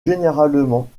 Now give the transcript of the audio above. généralement